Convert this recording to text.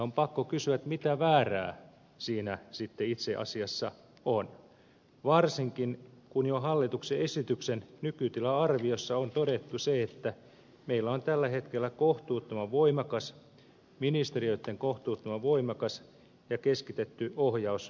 on pakko kysyä mitä väärää siinä sitten itse asiassa on varsinkin kun jo hallituksen esityksen nykytila arviossa on todettu se että meillä on tällä hetkellä ministeriöitten kohtuuttoman voimakas ja keskitetty ohjaus aluekehitystoiminnassa